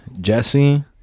Jesse